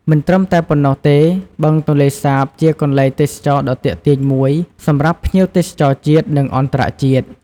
មិនត្រឹមតែប៉ុណ្ណោះទេ បឹងទន្លេសាបជាកន្លែងទេសចរណ៍ដ៏ទាក់ទាញមួយសម្រាប់ភ្ញៀវទេសចរជាតិ និងអន្តរជាតិ។